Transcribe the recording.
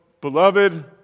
Beloved